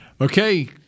Okay